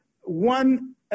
one